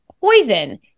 poison